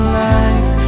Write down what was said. life